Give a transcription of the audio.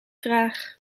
graag